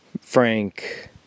Frank